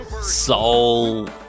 soul